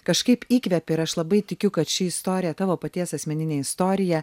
kažkaip įkvėpia ir aš labai tikiu kad ši istorija tavo paties asmeninė istorija